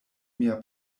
mia